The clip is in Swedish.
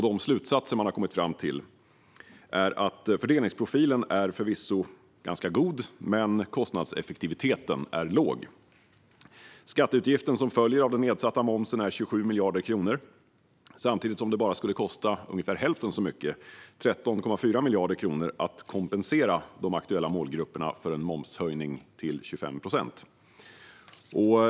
De slutsatser man har kommit fram till är att fördelningsprofilen förvisso är ganska god men att kostnadseffektiviteten är låg. Den skatteutgift som följer av den nedsatta momsen är 27 miljarder kronor, samtidigt som det bara skulle kosta ungefär hälften så mycket, 13,4 miljarder kronor, att kompensera de aktuella målgrupperna för en momshöjning till 25 procent.